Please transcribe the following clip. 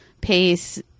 pace